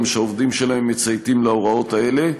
שהעובדים שלהם מצייתים להוראות האלה.